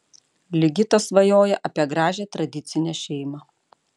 ligitas svajoja apie gražią tradicinę šeimą